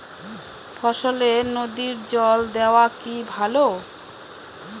ফসলে নদীর জল দেওয়া কি ভাল?